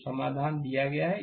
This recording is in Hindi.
तो समाधान दिया गया है